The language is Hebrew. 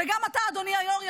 וגם אתה אדוני היו"ר,